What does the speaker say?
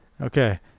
okay